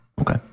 Okay